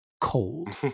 cold